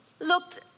looked